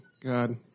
God